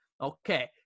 okay